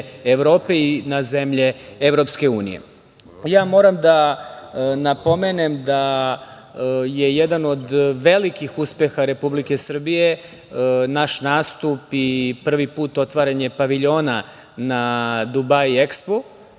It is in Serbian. Evrope i na zemlje EU.Moram da napomenem da je jedan od velikih uspeha Republike Srbije naš nastup i prvi put otvaranje Paviljona na "Dubai ekspo"